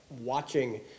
watching